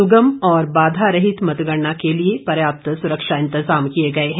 सुगम और बाधा रहित मतगणना के लिए पर्याप्त सुरक्षा इंतजाम किए गए हैं